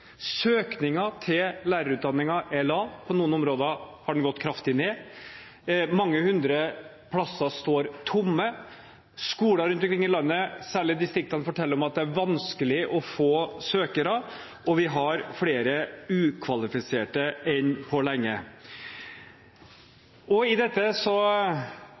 Søkningen til lærerutdanningen er lav. På noen områder har den gått kraftig ned. Mange hundre plasser står tomme. Skoler rundt omkring i landet, særlig i distriktene, forteller om at det er vanskelig å få søkere, og vi har flere ukvalifiserte lærere enn på lenge. I dette